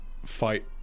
fight